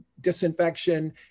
disinfection